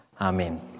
Amen